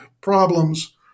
problems